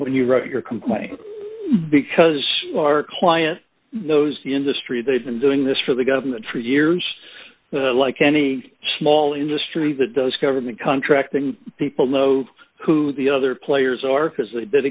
when you wrote your complaint because our client knows the industry they've been doing this for the government for years like any small industry that does government contracting people know who the other players are as they did